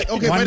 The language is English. Okay